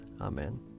Amen